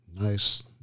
nice